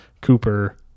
Cooper